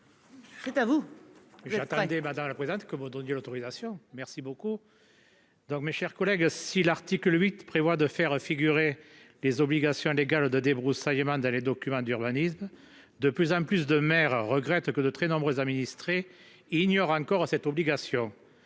C'est à vous.